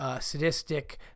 sadistic